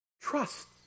trust